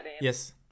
Yes